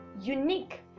unique